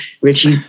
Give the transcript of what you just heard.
Richie